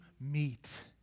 meet